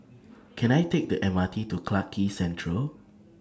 Can I Take The M R T to Clarke Central